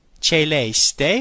Celeste